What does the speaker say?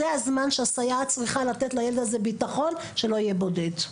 זה הזמן שהסייעת הזו צריכה לתת לילד הזה ביטחון שלא יהיה בודד.